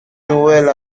noël